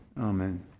Amen